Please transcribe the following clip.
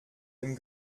dem